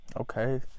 Okay